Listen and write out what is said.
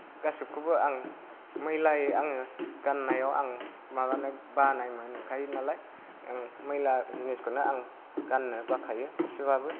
गासैखौबो आं मैलायै आङो गान्नायाव आं माबानो बानाय मोनखायो नालाय आं मैला जिनिसखौनो आं गान्नो बाखायो इसेबाबो